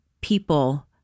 people